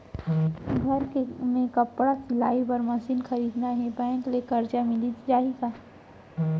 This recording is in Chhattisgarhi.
घर मे कपड़ा सिलाई बार मशीन खरीदना हे बैंक ले करजा मिलिस जाही का?